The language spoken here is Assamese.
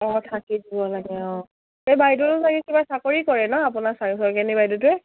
অঁ থাকি দিব লাগে অঁ এই বাইদেউ চাগে কিবা চাকৰি কৰে ন আপোনাৰ শইকীয়ানী বাইদেউটোৱে